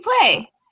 play